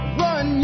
run